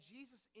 Jesus